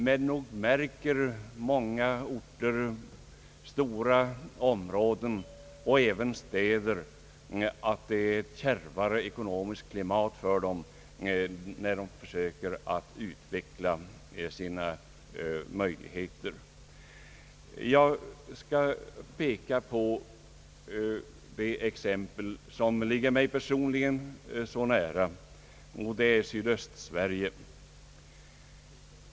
Men nog märker många orter, även städer, att det är ett kärvare ekonomiskt klimat för dem när de försöker utveckla sina möjligheter. Jag skall peka på ett exempel som ligger mig personligen så nära. Det gäller Sydöstsverige.